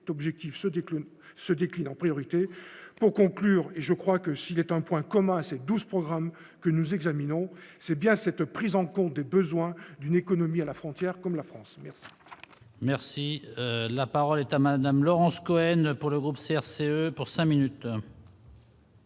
décline, se décline en priorité pour conclure et je crois que s'il est un point commun : ces 12 programmes que nous examinons, c'est bien cette prise en compte des besoins d'une économie à la frontière, comme la France, merci. Merci, la parole est à madame Laurence Cohen pour le groupe CRCE pour 5 minutes.